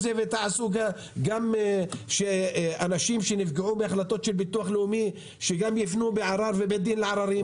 תעשו שאנשים שנפגעו מהחלטות של ביטוח לאומי ייפנו בערר לבית דין עררים.